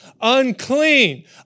Unclean